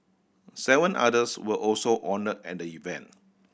seven others were also honoured at the event